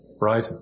Right